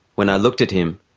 when i looked at him,